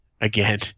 again